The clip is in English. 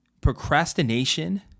procrastination